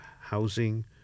housing